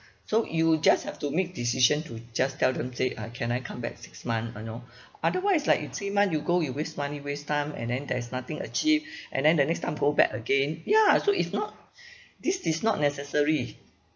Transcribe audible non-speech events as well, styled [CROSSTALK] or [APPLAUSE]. so you'll just have to make decision to just tell them say ah can I come back six month or no [BREATH] otherwise like it's three month you go you waste money waste time and then there is nothing achieved [BREATH] and then the next time go back again ya so it's not [BREATH] this is not necessary